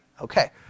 Okay